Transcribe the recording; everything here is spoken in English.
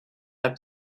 are